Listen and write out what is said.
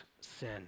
sin